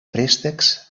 préstecs